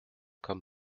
comme